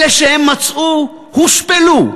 אלה שהם מצאו, הושפלו,